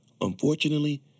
unfortunately